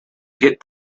hit